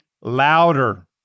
louder